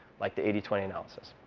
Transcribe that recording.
like the eighty twenty analysis.